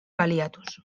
baliatuz